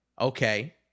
Okay